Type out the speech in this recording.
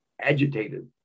agitated